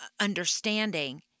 understanding